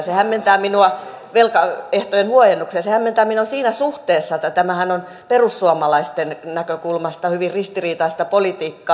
se hämmentää minua mieltä ettei mua ja sinä mitä minä siinä suhteessa että tämähän on perussuomalaisten näkökulmasta hyvin ristiriitaista politiikkaa